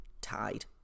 tied